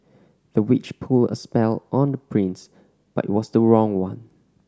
the witch put a spell on the prince but it was the wrong one